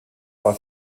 bei